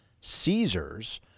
Caesars